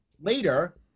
later